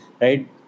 right